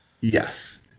Yes